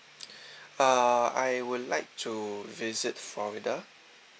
uh I would like to visit florida